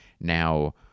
Now